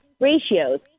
ratios